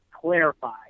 clarify